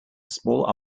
small